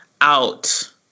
out